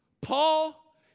Paul